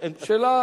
השאלה,